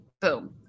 Boom